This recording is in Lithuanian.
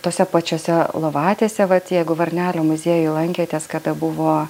tose pačiose lovatiesė vat jeigu varnelio muziejuj lankėtės kada buvo